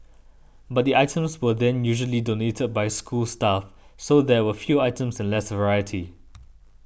but the items were then usually donated by school staff so there were few items and less variety